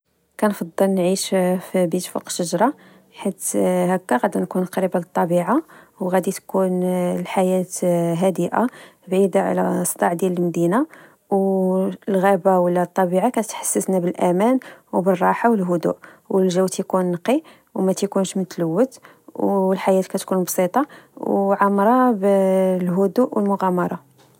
كنفضل نعيش في بيت فوق شجرة، حيت هاكا غدي نكون قريبة للطبيعة وغدي تكون الحياة هادئة و بعيدة على صداع ديال المدينة، و الغابة ولا الطبيعة كتحسسنا بالأمان و بالراحة والهدوء، والجو تكون نقي ومتكونش متلوت، و الحياة كتكون بسيطة وعامرة بالهدوء والمغامرة